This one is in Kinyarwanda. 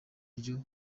buryo